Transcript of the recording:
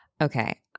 Okay